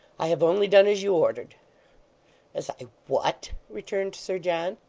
i have only done as you ordered as i what returned sir john.